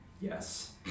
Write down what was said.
Yes